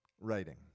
writing